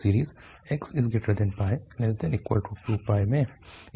series x≤2 में